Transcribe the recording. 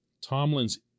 Tomlin's